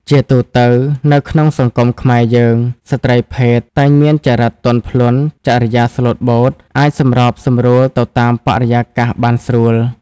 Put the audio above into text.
ជាទូទៅនៅក្នុងសង្គមខ្មែរយើង ស្រ្តីភេទតែងមានចរិកទន់ភ្លន់ ចរិយាស្លូតបូត អាចសម្របសម្រួលទៅតាមបរិយាកាសបានស្រួល ។